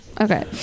Okay